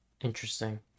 Interesting